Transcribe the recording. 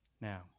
Now